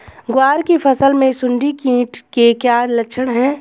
ग्वार की फसल में सुंडी कीट के क्या लक्षण है?